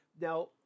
Now